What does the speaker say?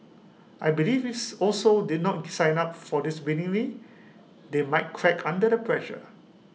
I believe ifs also did not sign up for this willingly they might crack under the pressure